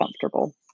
comfortable